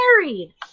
married